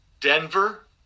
Denver